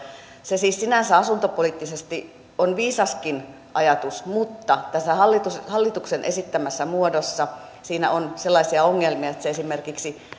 se siis sinänsä asuntopoliittisesti on viisaskin ajatus mutta tässä hallituksen esittämässä muodossa siinä on sellaisia ongelmia että esimerkiksi